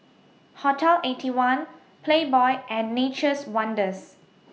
Hotel Eighty One Playboy and Nature's Wonders